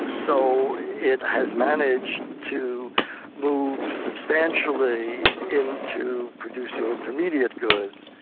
so it has managed to move substantially into producing intermediate goods.